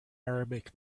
arabic